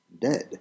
dead